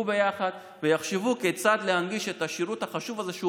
ביחד ויחשבו כיצד להנגיש את השירות החשוב הזה,